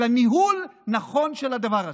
אלא ניהול נכון של הדבר הזה.